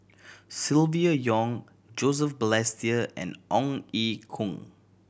Silvia Yong Joseph Balestier and Ong Ye Kung